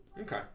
okay